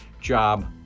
job